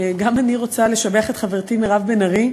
גם אני רוצה לשבח את חברתי מירב בן ארי,